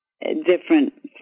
different